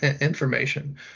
information